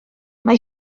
mae